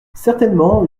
certainement